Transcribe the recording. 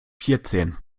vierzehn